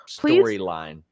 storyline